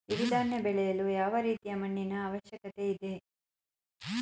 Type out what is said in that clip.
ಸಿರಿ ಧಾನ್ಯ ಬೆಳೆಯಲು ಯಾವ ರೀತಿಯ ಮಣ್ಣಿನ ಅವಶ್ಯಕತೆ ಇದೆ?